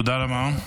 תודה רבה.